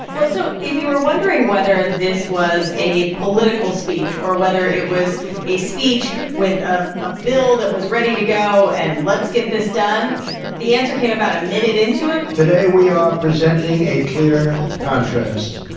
well, so if you were wondering whether this was a political speech or whether it was a speech with a a bill that was ready to go and let's get this done the answer came about a minute into it today, we are presenting a clear contrast.